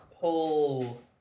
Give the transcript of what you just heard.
pull